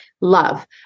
love